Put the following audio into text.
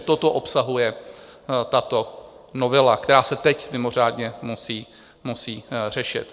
Toto obsahuje tato novela, která se teď mimořádně musí řešit.